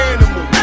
Animal